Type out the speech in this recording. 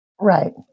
Right